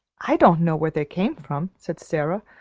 i don't know where they came from, said sara,